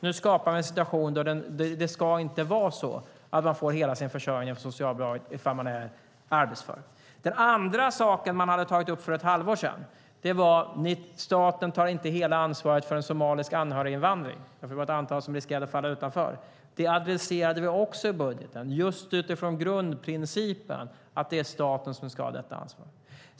Nu skapar vi en situation där det inte ska vara så att man får hela sin försörjning från socialbidraget om man är arbetsför. Den andra saken man hade tagit upp för ett halvår sedan hade varit att staten inte tar hela ansvaret för den somaliska anhöriginvandringen. Det var ett antal som riskerade att falla utanför. Det adresserade vi också i budgeten, just utifrån grundprincipen att det är staten som ska ha detta ansvar.